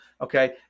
okay